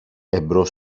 εμπρός